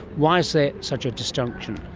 why is there such a disjunction?